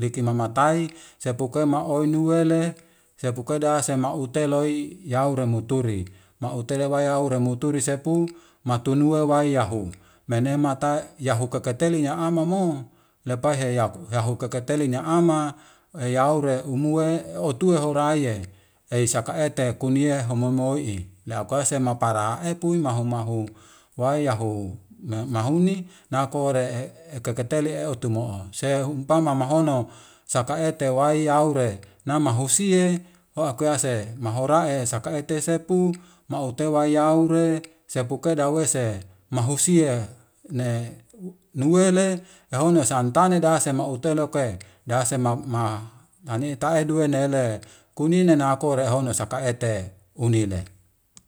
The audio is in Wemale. liki mamatai sapuke maoi nuele sepukeda same utaloi yaure muturi mautele wayaure muturi sepu matunue wai yahu mene mata yahu keketele nyamamo lepaihe yaku yahu keketeli niama yaure umue utue horeiye, eiy saka ete kunie homomoi'i ei saka ete kune homomo'i le akuese mapara epui maho maho wai yaho me mahunu nakore'e keketele utumo'o, sehumpama mahono saka ete waiyaure nama husie ho akuase mahora esaka ete sepu, maute wai yaure sepuke dawese mahusie ne nuwele yahonno esantane dase maute leuke dahasema mani ta duwe nele kunine na'akore homo saka ete unine.